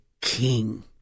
king